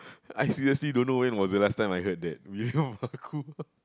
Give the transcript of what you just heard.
I seriously don't know when was the last time I heard that meme about kumar